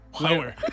Lower